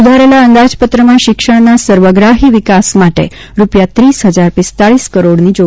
સુધારેલા અંદાજપત્રમાં શિક્ષણના સર્વગ્રાહી વિકાસ માટે રૂપિયા ત્રીસ હજાર પિસ્તાલીસ કરોડની જોગવાઇ કરવામાં આવી છે